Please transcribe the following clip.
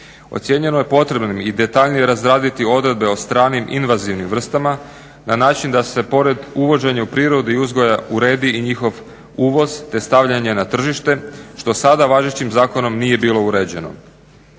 Ocijenjeno je potrebnim i detaljnije razraditi odredbe o stranim invazivnim vrstama na način da se pored uvođenja u prirodi i uzgoja uredi i njihov uvoz te stavljanje na tržište što sada važećim zakonom nije bilo uređeno.